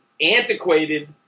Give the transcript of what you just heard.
antiquated